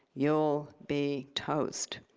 you'll be toast